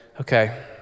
okay